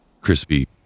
Crispy